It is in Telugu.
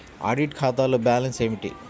ఆడిట్ ఖాతాలో బ్యాలన్స్ ఏమిటీ?